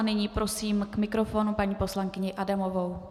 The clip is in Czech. Nyní prosím k mikrofonu paní poslankyni Adamovou.